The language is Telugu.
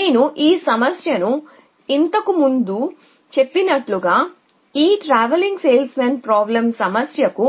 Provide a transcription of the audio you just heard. నేను ఈ సమస్యను ఇంతకు ముందే చెప్పినట్లుగా ఈ TSP సమస్యకు